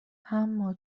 اما